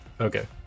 Okay